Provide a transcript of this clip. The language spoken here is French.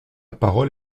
parole